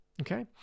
Okay